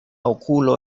okulo